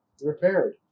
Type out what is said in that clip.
repaired